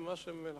אנחנו